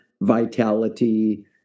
vitality